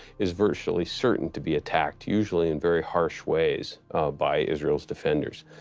is virtually certain to be attacked, usually in very harsh ways by israelis defenders.